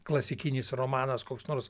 klasikinis romanas koks nors